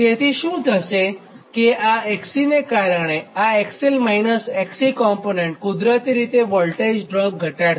તેથી શું થશે કે આ XC ના કારણે આ XL - XC કોમ્પોનન્ટ કુદરતી રીતે વોલ્ટેજ ડ્રોપ ઘટાડશે